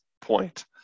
point